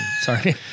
Sorry